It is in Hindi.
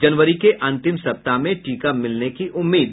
जनवरी के अंतिम सप्ताह में टीका मिलने की उम्मीद